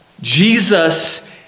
Jesus